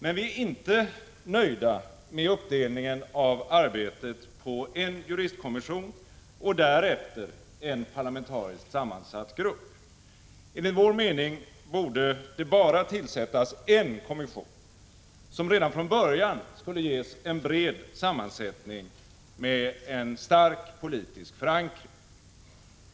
Men vi är inte nöjda med uppdelningen av arbetet på en juristkommission och därefter en parlamentariskt sammansatt grupp. Enligt vår mening borde det bara tillsättas en kommission, som redan från början skulle ges en bred sammansättning med en stark politisk förankring.